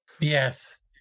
Yes